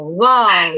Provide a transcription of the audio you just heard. wow